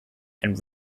and